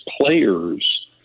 players